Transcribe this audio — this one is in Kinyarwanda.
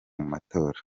matora